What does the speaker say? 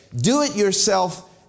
Do-it-yourself